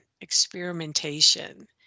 experimentation